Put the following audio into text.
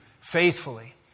faithfully